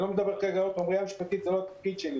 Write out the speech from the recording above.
אני אומר שוב: הראייה המשפטית היא לא התפקיד שלי